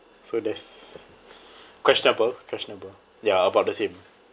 so that's questionable questionable ya about the same